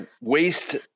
waste